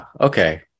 Okay